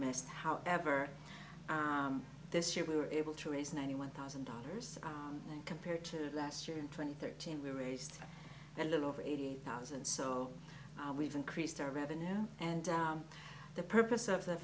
missed however this year we were able to raise ninety one thousand dollars compared to last year and twenty thirteen we raised a little over eighty thousand so we've increased our revenue and the purpose of the